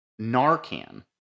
Narcan